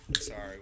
Sorry